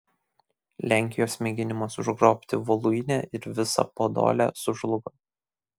lenkijos mėginimas užgrobti voluinę ir visą podolę sužlugo